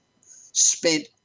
spent